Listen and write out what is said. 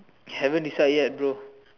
haven't decide yet bro